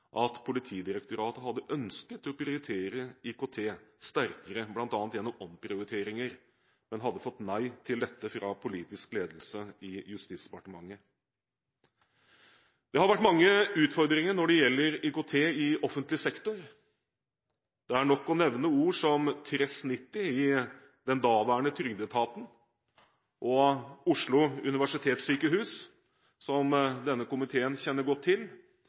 at Politidirektoratet hadde ønsket å prioritere IKT sterkere, bl.a. gjennom omprioriteringer, men hadde fått nei til dette fra politisk ledelse i Justisdepartementet. Det har vært mange utfordringer når det gjelder IKT i offentlig sektor. Det er nok å nevne ord som TRESS-90 i den daværende trygdeetaten og Oslo universitetssykehus – som denne komiteen kjenner godt til